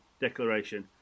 declaration